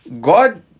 God